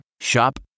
Shop